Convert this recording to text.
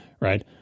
right